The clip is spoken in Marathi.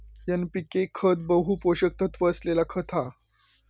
एनपीके खत बहु पोषक तत्त्व असलेला खत हा